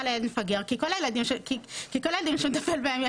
לילד מפגר כי כל הילדים שהוא מטפל בהם,